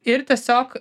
ir tiesiog